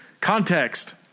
context